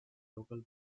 local